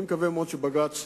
אני מקווה מאוד שבג"ץ